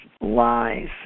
lies